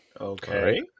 okay